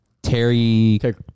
Terry